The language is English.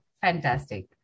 Fantastic